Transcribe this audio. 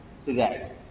today